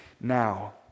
now